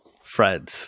fred